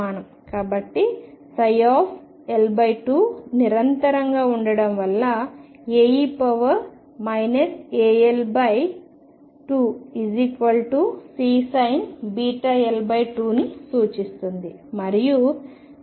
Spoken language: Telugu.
కాబట్టిL2 నిరంతరంగా ఉండటం వలన A e αL2Csin βL2 ని సూచిస్తుంది